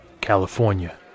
California